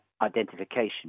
identification